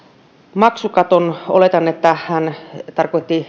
maksukaton oletan että hän tarkoitti